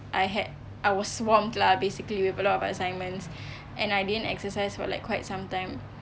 I had I was swamped lah basically with a lot of assignments and I didn't exercise for quite some time